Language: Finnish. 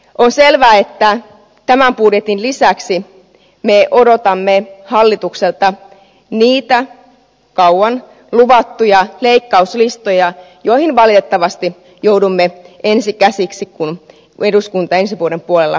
on selvää että tämän budjetin lisäksi me odotamme hallitukselta niitä kauan luvattuja leikkauslistoja joihin valitettavasti joudumme ensin käsiksi kun eduskunta ensi vuoden puolella kokoontuu